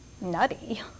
nutty